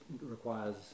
requires